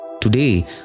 Today